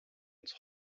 uns